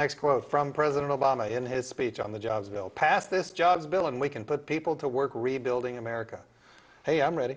next quote from president obama in his speech on the jobs bill passed this jobs bill and we can put people to work rebuilding america hey i'm ready